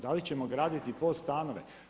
Da li ćemo graditi POS stanove?